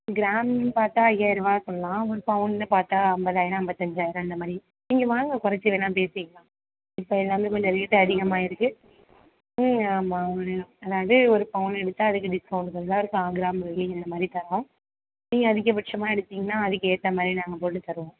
கிராம்ன்னு பார்த்தா ஐயாயிரருவா சொல்லலாம் ஒரு பவுன்னு பார்த்தா ஐம்பதாயிரம் ஐம்பத்தஞ்சாயிரம் இந்த மாதிரி நீங்கள் வாங்க குறைச்சி வேணா பேசிக்கலாம் இப்போ எல்லாமே கொஞ்சம் ரேட்டு அதிகமாயிருக்கு ம் ஆமாம் அதாவது ஒரு பவுன்னு எடுத்தால் அதுக்கு டிஸ்கவுண்ட்டு தந்தால் ஒரு காக்கிராம் வெள்ளி இந்த மாதிரி தரோம் நீங்கள் அதிகபட்சமாக எடுத்திங்கன்னா அதுக்கு ஏற்ற மாதிரி நாங்கள் போட்டு தருவோம்